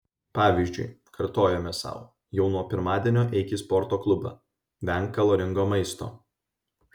pavyzdžiui kartojame sau jau nuo pirmadienio eik į sporto klubą venk kaloringo maisto